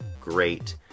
great